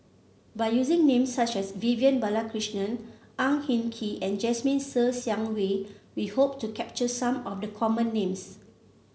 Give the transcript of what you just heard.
by using names such as Vivian Balakrishnan Ang Hin Kee and Jasmine Ser Xiang Wei we hope to capture some of the common names